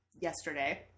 yesterday